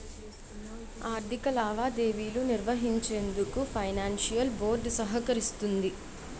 ఆర్థిక లావాదేవీలు నిర్వహించేందుకు ఫైనాన్షియల్ బోర్డ్ సహకరిస్తుంది